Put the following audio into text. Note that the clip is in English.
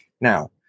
now